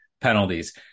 penalties